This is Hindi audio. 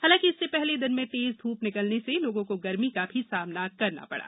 हालांकि इससे पहले दिन में तेज धूप निकलने से लोगो को गर्मी का भी सामना करना पड़ा